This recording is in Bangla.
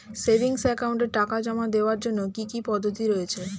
সেভিংস একাউন্টে টাকা জমা দেওয়ার জন্য কি কি পদ্ধতি রয়েছে?